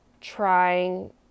trying